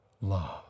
love